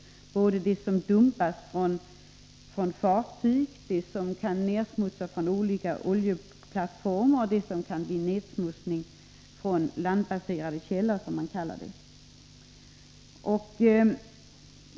Konventionerna berör det som dumpas från fartyg, den nedsmutsning som kan ske från oljeplattformar och den nedsmutsning som härrör från landbaserade källor, som man kallar det.